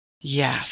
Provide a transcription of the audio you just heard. Yes